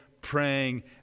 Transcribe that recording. praying